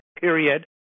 period